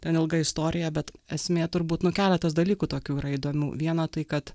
ten ilga istorija bet esmė turbūt nu keletas dalykų tokių yra įdomių vieną tai kad